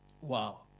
Wow